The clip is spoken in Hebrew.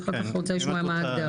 אחר כך אני רוצה לשמוע מה ההגדרה.